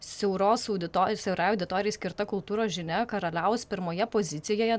siauros audito siaurai auditorijai skirta kultūros žinia karaliaus pirmoje pozicijoje